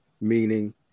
meaning